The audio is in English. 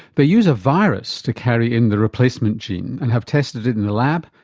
they use a virus to carry in the replacement gene and have tested it in the lab,